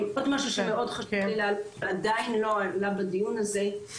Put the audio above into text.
עוד משהו שמאוד חשוב לי להעלות ועדיין לא עלה בדיון הזה,